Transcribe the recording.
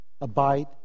Abide